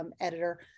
editor